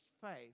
faith